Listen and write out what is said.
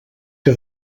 que